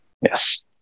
yes